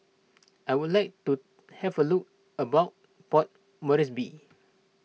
I would like to have a look around Port Moresby